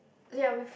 ya we've